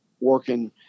working